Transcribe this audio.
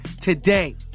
today